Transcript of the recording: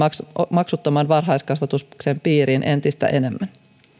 maksuttoman varhaiskasvatuksen piiriin entistä enemmän